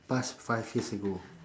past five years ago